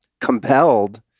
compelled